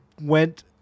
went